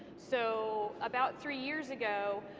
so about three years ago,